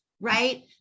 right